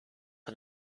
and